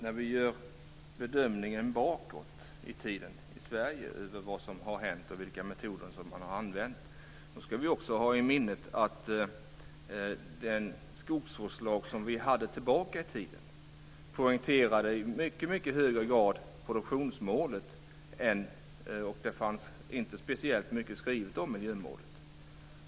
Fru talman! När vi bakåt i tiden bedömer vad som har hänt i Sverige och vilka metoder man har använt ska vi också ha i minnet att den skogsvårdslag som vi hade tidigare i mycket hög grad poängterade produktionsmålet, och det fanns inte speciellt mycket skrivet om miljömålet.